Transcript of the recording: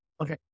Okay